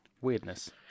weirdness